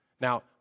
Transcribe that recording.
Now